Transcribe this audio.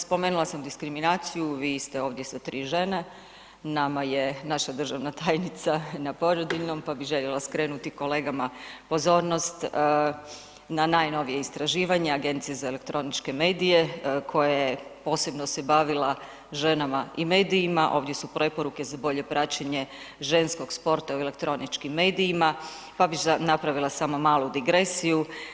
Spomenula sam diskriminaciju, vi ste ovdje sa tri žene, nama je naša državna tajnica na porodiljnom pa bih željela skrenuti kolegama pozornost na najnovija istraživanja Agencije za elektroničke medije koje posebno se bavila ženama i medijima, ovdje su preporuke za bolje praćenje ženskog sporta u elektroničkim medijima pa bih napravila samo malu digresiju.